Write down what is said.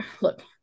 look